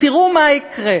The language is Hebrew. תראו מה יקרה.